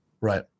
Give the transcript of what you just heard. right